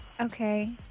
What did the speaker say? Okay